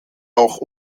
auch